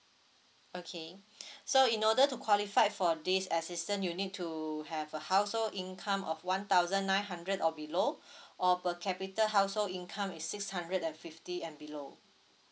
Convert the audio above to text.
okay so in order to qualify for this assistant you need to have a household income of one thousand nine hundred or below or per capita household income is six hundred and fifty and below